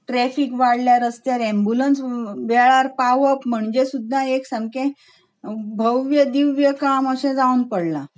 traffic वाडल्या रस्त्यार ambulance वेळार पावप म्हणल्यार सामकें भव्य दिव्य काम जावन पडलां